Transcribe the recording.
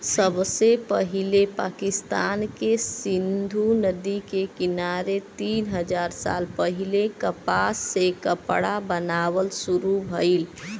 सबसे पहिले पाकिस्तान के सिंधु नदी के किनारे तीन हजार साल पहिले कपास से कपड़ा बनावल शुरू भइल